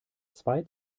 zwei